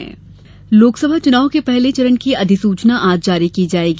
च्नाव अधिसूचना लोकसभा चुनाव के पहले चरण की अधिसूचना आज जारी की जाएगी